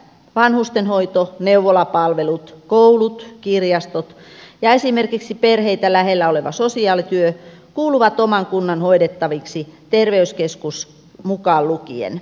vanhustenhoito neuvolapalvelut koulut kirjastot ja esimerkiksi perheitä lähellä oleva sosiaalityö kuuluvat oman kunnan hoidettaviksi terveyskeskus mukaan lukien